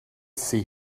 see